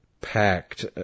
packed